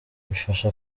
bifasha